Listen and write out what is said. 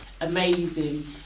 amazing